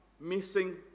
missing